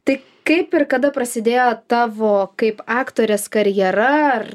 tai kaip ir kada prasidėjo tavo kaip aktorės karjera ar